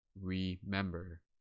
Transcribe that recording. Remember